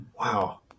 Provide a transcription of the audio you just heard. Wow